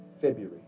February